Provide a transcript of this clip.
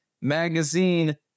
magazine